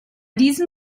diesem